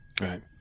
Right